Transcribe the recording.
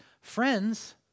friends